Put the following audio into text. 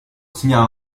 segnala